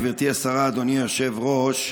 גברתי השרה, אדוני היושב-ראש,